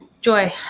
Joy